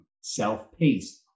self-paced